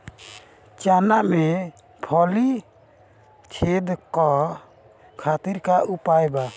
चना में फली छेदक खातिर का उपाय बा?